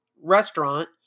restaurant